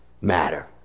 matter